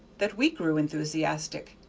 that we grew enthusiastic,